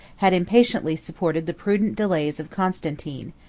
had impatiently supported the prudent delays of constantine,